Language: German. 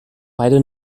beide